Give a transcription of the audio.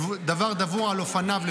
דבר דבור על אופניו.